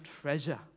treasure